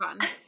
fun